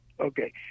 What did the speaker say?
okay